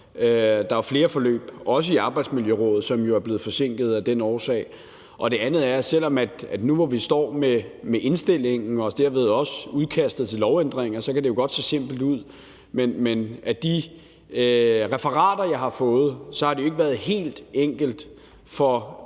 Der er flere forløb, også i Arbejdsmiljørådet, som er blevet forsinket af den årsag. Det andet er, at selv om vi nu står med indstillingen og dermed også udkastet til lovændringer, kan det jo godt se simpelt ud. Men efter de referater, jeg har fået, har det jo ikke været helt enkelt for